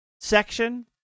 section